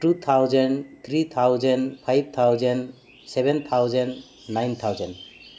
two thousand three thousand five thousand seven thousand nine thousand